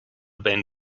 been